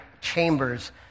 chambers